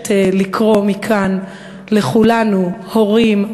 מבקשת לקרוא מכאן לכולנו: הורים,